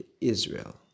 Israel